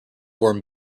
born